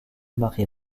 marie